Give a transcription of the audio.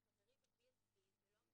כפי שאתה אמרת הוא אפילו לא יודע אם